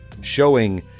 showing